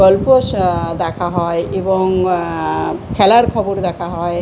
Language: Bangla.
গল্প দেখা হয় এবং খেলার খবর দেখা হয়